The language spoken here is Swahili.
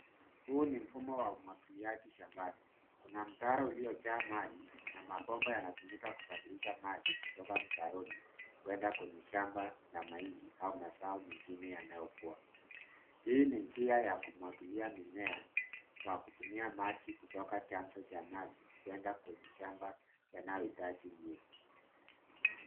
Huu ni mfumo wa umwangiliaji shambani. Kuna mtaro uliojaa maji na mabomba yanatumika kusafirisha maji kutoka mtaroni kwenda kwenye shamba la mahindi au mazao mengine yanayokua. Hii ni njia ya kumwangilia mimea kwa kutumia maji kutoka chanzo cha maji kwenda kwenye shamba yanayoitaji unyevu.